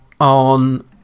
on